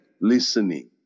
listening